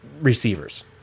receivers